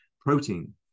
protein